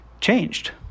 changed